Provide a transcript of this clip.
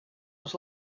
was